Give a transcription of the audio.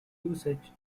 usage